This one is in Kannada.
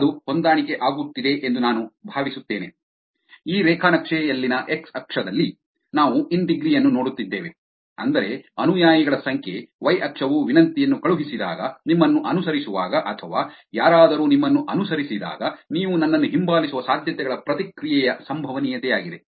ಅದು ಹೊಂದಾಣಿಕೆ ಆಗುತ್ತಿದೆ ಎಂದು ನಾನು ಭಾವಿಸುತ್ತೇನೆ ಈ ರೇಖಾ ನಕ್ಷೆಯಲ್ಲಿನ ಎಕ್ಸ್ ಅಕ್ಷದಲ್ಲಿ ನಾವು ಇನ್ ಡಿಗ್ರಿ ಯನ್ನು ನೋಡುತ್ತಿದ್ದೇವೆ ಅಂದರೆ ಅನುಯಾಯಿಗಳ ಸಂಖ್ಯೆ ವೈ ಅಕ್ಷವು ವಿನಂತಿಯನ್ನು ಕಳುಹಿಸಿದಾಗ ನಿಮ್ಮನ್ನು ಅನುಸರಿಸುವಾಗ ಅಥವಾ ಯಾರಾದರೂ ನಿಮ್ಮನ್ನು ಅನುಸರಿಸಿದಾಗ ನೀವು ನನ್ನನ್ನು ಹಿಂಬಾಲಿಸುವ ಸಾಧ್ಯತೆಗಳ ಪ್ರತಿಕ್ರಿಯೆಯ ಸಂಭವನೀಯತೆಯಾಗಿದೆ